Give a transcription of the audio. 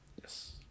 Yes